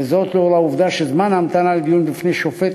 לאור העובדה שזמן ההמתנה לדיון בפני שופט